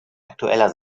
aktueller